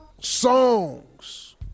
songs